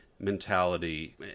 mentality